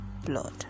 blood